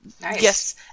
Yes